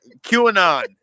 QAnon